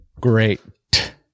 Great